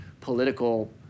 political